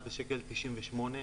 ב-1.98 שקל.